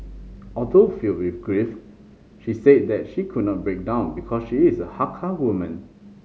although filled with grief she said that she could not break down because she is a Hakka woman